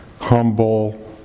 humble